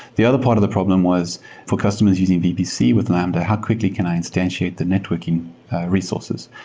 the other part of the problem was for customers using vpc with lambda, how quickly can i instantiate the networking resources?